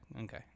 okay